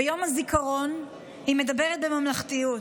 ביום הזיכרון היא מדברת בממלכתיות,